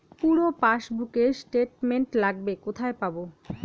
পুরো পাসবুকের স্টেটমেন্ট লাগবে কোথায় পাব?